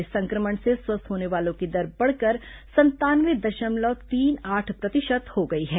इस संक्रमण से स्वस्थ होने वालों की दर बढ़कर संतानवे दशमलव तीन आठ प्रतिशत हो गई है